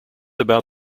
about